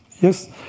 yes